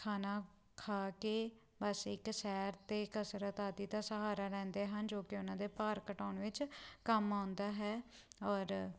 ਖਾਣਾ ਖਾ ਕੇ ਬਸ ਇੱਕ ਸੈਰ ਅਤੇ ਕਸਰਤ ਆਦਿ ਦਾ ਸਹਾਰਾ ਲੈਂਦੇ ਹਨ ਜੋ ਕਿ ਉਹਨਾਂ ਦੇ ਭਾਰ ਘਟਾਉਣ ਵਿੱਚ ਕੰਮ ਆਉਂਦਾ ਹੈ ਔਰ